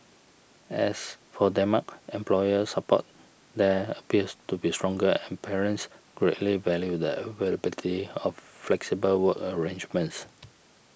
as for Denmark employer support there appears to be stronger and parents greatly value the availability of flexible work arrangements